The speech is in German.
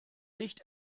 nicht